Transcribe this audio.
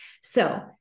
So-